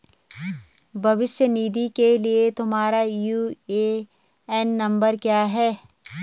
भविष्य निधि के लिए तुम्हारा यू.ए.एन नंबर क्या है?